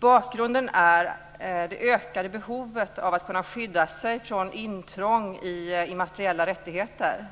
Bakgrunden är det ökade behovet av att kunna skydda sig från intrång i immateriella rättigheter.